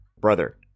brother